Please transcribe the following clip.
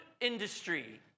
industry